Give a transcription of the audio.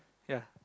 ya